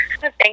thank